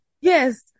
Yes